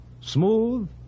smooth